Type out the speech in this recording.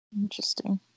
Interesting